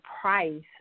price